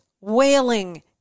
wailing